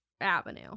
avenue